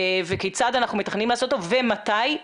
וכיצד אנחנו מתכננים לעשות אותו ומתי,